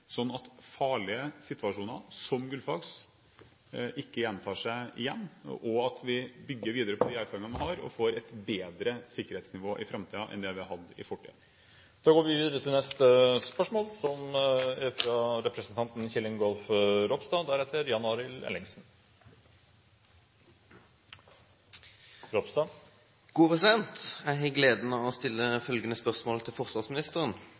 sånn at farlige situasjoner, som den på Gullfaks, ikke gjentar seg, og at vi bygger videre på de erfaringene vi har, og får et bedre sikkerhetsnivå i framtiden enn det vi har hatt i fortiden. Jeg har gleden av å stille følgende spørsmål til forsvarsministeren: «På grunn av nye støyregler legger Forsvaret ned innsigelse på all utvikling i Evje sentrum på bakgrunn av